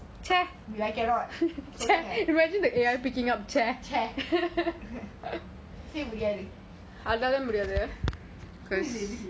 you like it or not chair you say முடியாது:mudiyathu